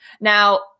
Now